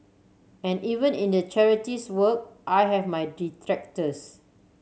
and even in the charities work I have my detractors